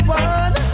one